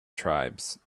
tribes